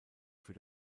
für